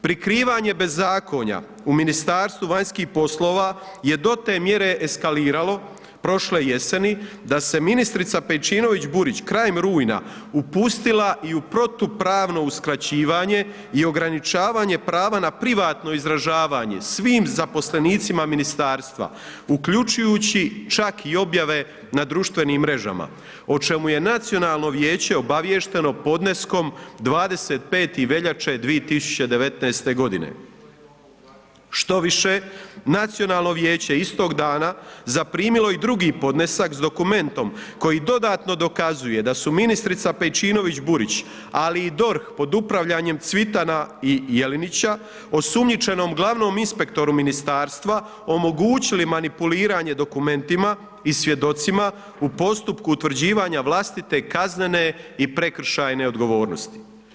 Prikrivanje bezakonja u Ministarstvu vanjskih poslova, je do te mjere eskaliralo prošle jeseni, da se ministrica Pejčinović Burić krajem rujna upustila i u protupravno uskraćivanje i ograničavanje prava na privatno izražavanje svim zaposlenicima ministarstva, uključujući čak i objave na društvenim mrežama, o čemu je nacionalno vijeće obaviješteno podneskom 25. veljače 2019. g. Štoviše Nacionalno vijeće istog dana, zaprimilo je i drugi podnesak, s dokumentom koji dodatno dokazuje da su ministrica Pejčinović Burić, ali i DORH pod upravljanjem Cvitana i Jelinića, osumnjičenom glavnom inspektoru ministarstva, omogućili manipuliranje dokumentima i svjedocima u postupku utvrđivanja vlastite, kaznene i prekršajne odgovornosti.